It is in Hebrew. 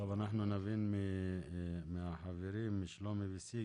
אנחנו נבין מהחברים, שלומי וסיגי,